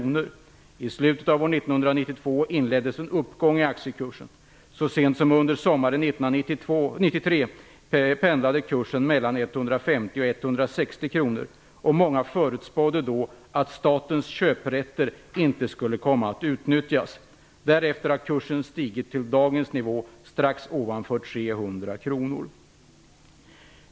I slutet av år 1992 inleddes en uppgång i aktiekursen. Så sent som under sommaren 1993 pendlade kursen mellan 150 och 160 kr, och många förutspådde då att statens köprätter inte skulle komma att utnyttjas. Därefter har kursen stigit till dagens nivå strax ovanför 300 kr.